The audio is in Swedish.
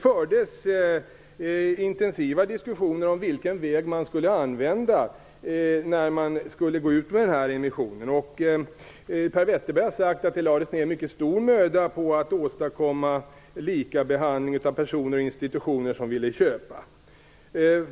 Det fördes intensiva diskussioner om vilken väg man skulle använda när man skulle gå ut med den här emissionen. Per Westerberg har sagt att det lades ner mycket stor möda på att åstadkomma likabehandling av de personer och institutioner som ville köpa.